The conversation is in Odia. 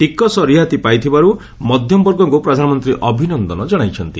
ଟିକସ ରିହାତି ପାଇଥିବାରୁ ମଧ୍ୟମବର୍ଗଙ୍କୁ ପ୍ରଧାନମନ୍ତ୍ରୀ ଅଭିନନ୍ଦନ ଜଣାଇଛନ୍ତି